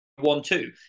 one-two